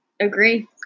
Agree